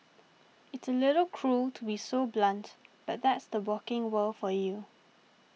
it's a little cruel to be so blunt but that's the working world for you